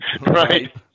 right